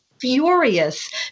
furious